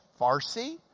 Farsi